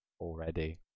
Already